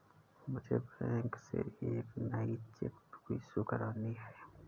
मुझे बैंक से एक नई चेक बुक इशू करानी है